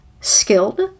skilled